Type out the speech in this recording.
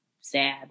sad